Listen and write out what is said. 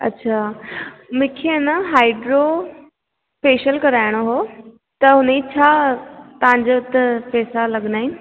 मूंखे आहे न हाइड्रो फेशियल कराइणो हो त हुन जो छा तव्हांजे उते पेसा लॻंदा आहिनि